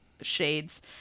shades